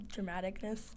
dramaticness